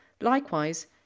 Likewise